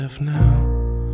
now